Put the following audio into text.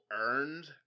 earned